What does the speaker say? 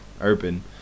urban